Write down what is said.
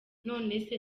nonese